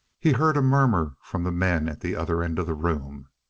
he heard a murmur from the men at the other end of the room.